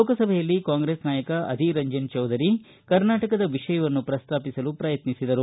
ಲೋಕಸಭೆಯಲ್ಲಿ ಕಾಂಗ್ರೆಸ್ ನಾಯಕ ಅಧೀರ್ ರಂಜನ್ ಚೌಧರಿ ಕರ್ನಾಟಕದ ವಿಷಯವನ್ನು ಪ್ರಸ್ತಾಪಿಸಲು ಪ್ರಯತ್ನಿಸಿದರು